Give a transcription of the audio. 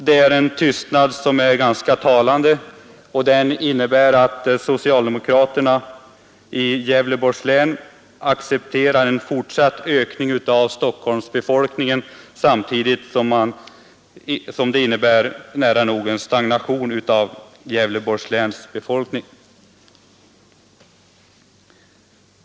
Det är en ganska talande tystnad, som innebär att socialdemokraterna i Gävleborgs län accepterar en fortsatt ökning av Stockholmsbefolkningen samtidigt med nära nog stagnation för Gävleborgs läns befolkning.